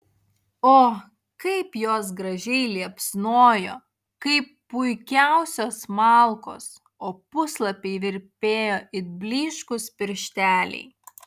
o kaip jos gražiai liepsnojo kaip puikiausios malkos o puslapiai virpėjo it blyškūs piršteliai